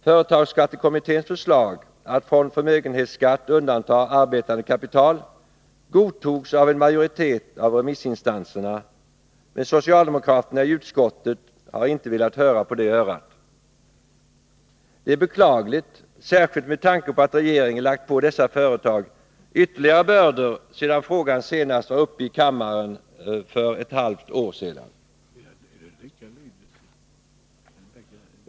Företagsskattekommitténs förslag att från förmögenhetsskatten undanta arbetande kapital godtogs av en majoritet av remissinstanserna, men socialdemokraterna i utskottet har inte velat höra på det örat. Detta är beklagligt, särskilt med tanke på att regeringen lagt på dessa företag ytterligare bördor sedan frågan senast var uppe i kammaren för ett halvt år sedan.